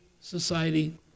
society